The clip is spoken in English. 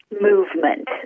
movement